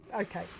okay